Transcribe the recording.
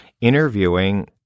interviewing